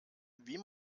wie